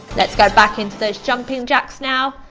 let's go back into those jumping jacks now.